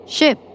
Ship